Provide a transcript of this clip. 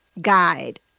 guide